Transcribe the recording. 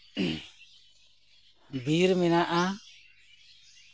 ᱵᱤᱨ ᱢᱮᱱᱟᱜᱼᱟ